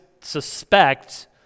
suspect